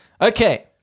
Okay